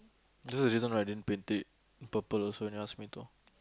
there's the this one I didn't paint it purple so he asked me to